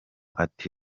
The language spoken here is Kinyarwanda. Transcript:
ati